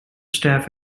staff